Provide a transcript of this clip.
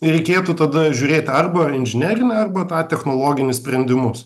reikėtų tada žiūrėt arba inžinerinę arba tą technologinius sprendimus